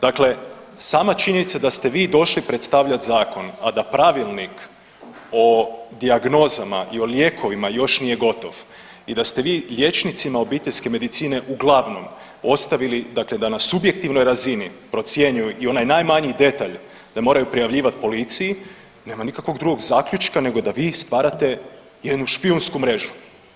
Dakle, sama činjenica da ste vi došli predstavljati zakon, a da pravilnik o dijagnozama i o lijekovima još nije gotov i da ste vi liječnicima obiteljske medicine uglavnom ostavili, dakle da na subjektivnoj razini procjenjuju i onaj najmanji detalj da moraju prijavljivati policiji nema nikakvog drugog zaključka nego da vi stvarate jednu špijunsku mrežu.